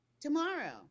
tomorrow